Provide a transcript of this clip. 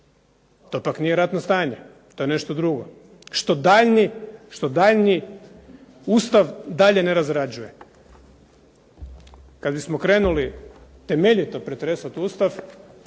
To pak nije ratno stanje, to je nešto drugo. Što daljnji Ustav, dalje ne razrađuje. Kad bismo krenuli temeljito pretresati Ustav,